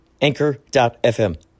Anchor.fm